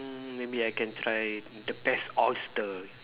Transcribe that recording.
mm maybe I can try the best oyster